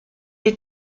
est